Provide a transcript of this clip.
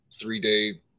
three-day